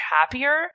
happier